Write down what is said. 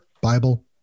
Bible